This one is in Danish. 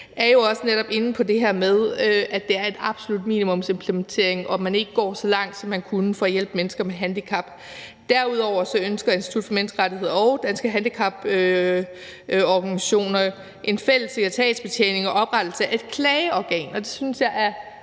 Tænk – på netop det her med, at det er en absolut minimumsimplementering, og at man ikke går så langt, som man kunne, for at hjælpe mennesker med handicap. Derudover ønsker Institut for Menneskerettigheder og Danske Handicaporganisationer en fælles sekretariatsbetjening og oprettelse af et klageorgan, og det synes jeg er